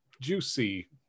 juicy